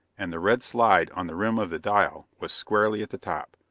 and the red slide on the rim of the dial was squarely at the top,